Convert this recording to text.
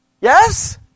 Yes